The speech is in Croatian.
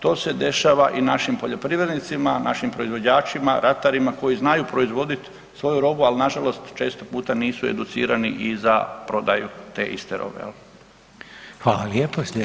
To se dešava i našim poljoprivrednicima, našim proizvođačima, ratarima koji znaju proizvodit svoju robu, ali nažalost često puta nisu educirani i za prodaju te iste robe jel.